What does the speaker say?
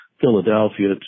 Philadelphia